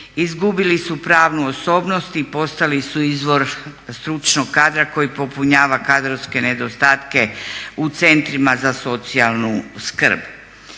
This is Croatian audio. Izgubili su pravnu osobnosti i postali su izvor stručnog kadra koji popunjava kadrovske nedostatke u centrima za socijalnu skrb.